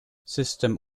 system